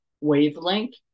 wavelength